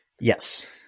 Yes